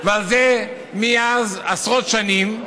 וזה עשרות שנים,